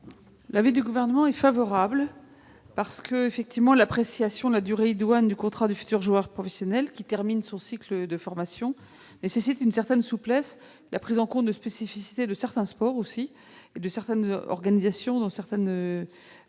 ? Le Gouvernement est favorable à l'amendement, parce que l'appréciation de la durée idoine du contrat de futur joueur professionnel, qui termine son cycle de formation, nécessite une certaine souplesse, ainsi que la prise en compte des spécificités de certains sports et de certaines organisations dans certaines fédérations.